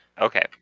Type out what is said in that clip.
Okay